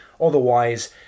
otherwise